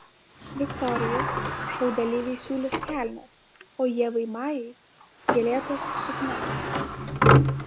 viktorijai šou dalyviai siūlys kelnes o ievai majai gėlėtas suknias